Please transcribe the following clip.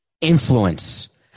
influence